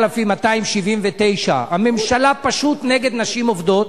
4,279. הממשלה פשוט נגד נשים עובדות.